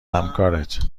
همکارت